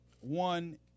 One